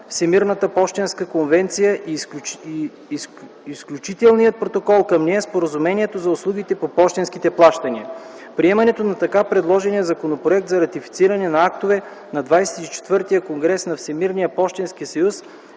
Всемирната пощенска конвенция и Заключителният протокол към нея; - Споразумението за услугите по пощенските плащания. Приемането на така предложения Законопроект за ратифициране на актове на ХХІV конгрес на Всемирния пощенски съюз